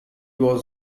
was